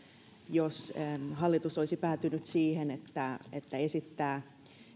jos hallitus olisi päätynyt siihen että että esittää